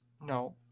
No